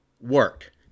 Work